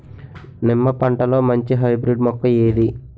నిమ్మ పంటలో మంచి హైబ్రిడ్ మొక్క ఏది?